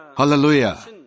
Hallelujah